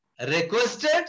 requested